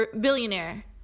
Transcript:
billionaire